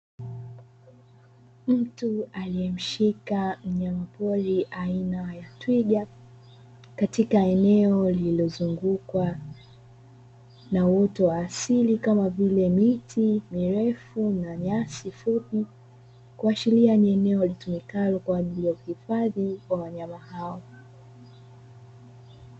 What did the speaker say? Mtu aliyemshika mnyamapori aina ya twiga katika eneo lililozungukwa na uoto wa asili kama vile miti mirefu na nyasi fupi, kuashiria ni eneo linalotumika kwa ajili ya uhifadhi wa wanyama hao.